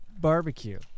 barbecue